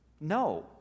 no